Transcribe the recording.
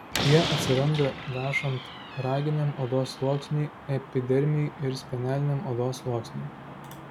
jie atsiranda vešant raginiam odos sluoksniui epidermiui ir speneliniam odos sluoksniui